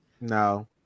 No